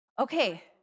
Okay